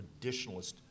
traditionalist